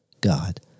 God